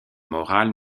morale